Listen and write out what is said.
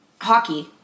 hockey